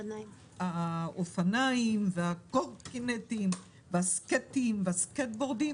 האופניים והקורקינט והסקטים והסקייטבורדים